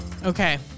Okay